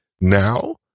now